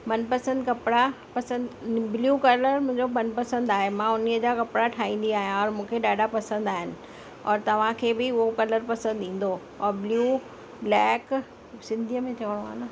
मनपसंदि कपिड़ा पसंदि ब्लू कलर मुंहिंजो मनपसंदि आहे मां उन ई जा कपिड़ा ठाहींदी आहियां और मूंखे ॾाढा पसंदि आहिनि और तव्हां खे बि उहो कलर पसंदि ईंदो और ब्लू ब्लैक सिंधीअ में चओ आहे न